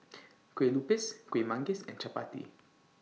Kueh Lupis Kueh Manggis and Chappati